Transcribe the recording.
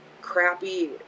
crappy